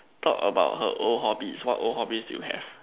thought about her old hobbies what old hobbies you have